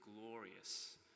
glorious